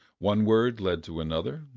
one word led to another,